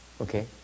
okay